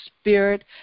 Spirit